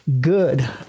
good